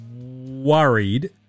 worried